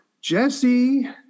Jesse